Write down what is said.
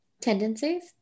tendencies